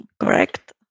correct